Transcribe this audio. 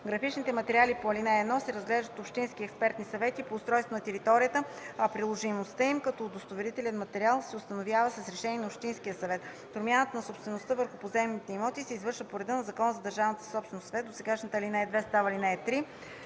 Графичните материали по ал. 1 се разглеждат от общински експертен съвет по устройство на територията, а приложимостта им като удостоверителни документи се установява с решение на общинския съвет. Промяната на собствеността върху поземлените имоти се извършва по реда на Закона за държавната собственост.”; в) досегашната ал. 2 става ал. 3;